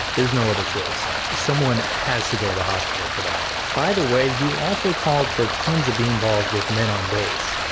there's no other choice, someone has to go to the hospital for that. by the way, you also called for tons of beanballs with men on base.